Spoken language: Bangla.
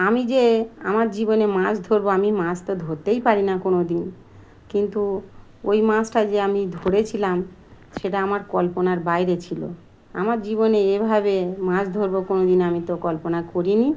আমি যে আমার জীবনে মাছ ধরবো আমি মাছ তো ধরতেই পারি না কোনো দিন কিন্তু ওই মাছটা যে আমি ধরেছিলাম সেটা আমার কল্পনার বাইরে ছিল আমার জীবনে এভাবে মাছ ধরবো কোনো দিন আমি তো কল্পনা করিনি